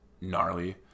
gnarly